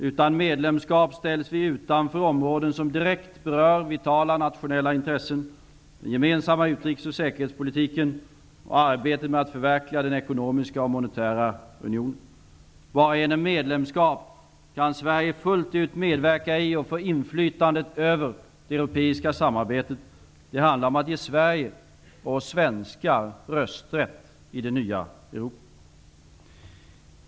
Utan medlemskap ställs vi utanför områden som direkt berör vitala nationella intressen: den gemensamma utrikes och säkerhetspolitiken och arbetet med att förverkliga den ekonomiska och monetära unionen. Bara genom medlemskap i EG kan Sverige fullt ut medverka i och få inflytande över det europeiska samarbetet. Det handlar om att ge Sverige och oss svenskar rösträtt i det nya Europa.